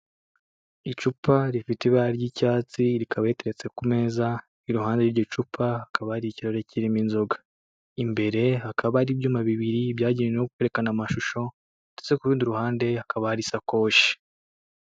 Icupa rifite ibara ry'icyatsi rikaba riteretse ku meza iruhande y'iryo cupa hakaba hari ikirahure kirimo inzoga, imbere hakaba hari ibyuma bibiri byagenewe kwerekana amashusho ndetse ku rundi ruhande hakaba hari isakoshi.